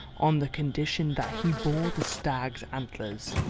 on the condition that he bore the stag's antlers.